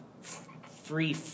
free